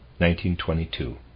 1922